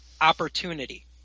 opportunity